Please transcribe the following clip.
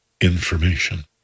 information